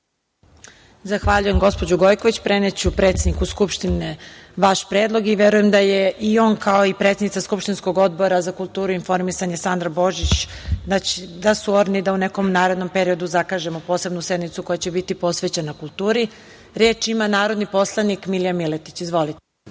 Zahvaljujem gospođo Gojković. Preneću predsedniku Skupštine vaš predlog i verujem da je i on kao i predsednica Odbora za kulturu i informisanje Sandra Božić, oran da u nekom narednom periodu zakažemo posebnu sednicu koja će biti posvećena kulturi. Reč ima narodni poslanik Milija Miletić. Izvolite.